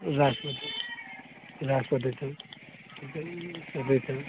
राष्ट्रपति राष्ट्रपति सब